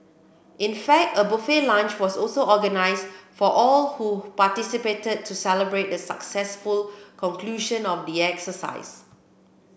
in fact a buffet lunch was also organised for all who participated to celebrate the successful conclusion of the exercise